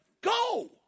go